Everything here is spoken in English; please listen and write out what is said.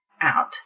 out